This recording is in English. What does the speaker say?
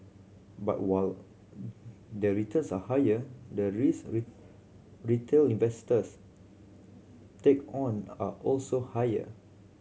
but while the returns are higher the risks retail investors take on are also higher